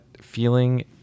feeling